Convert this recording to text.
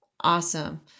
Awesome